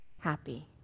happy